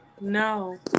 No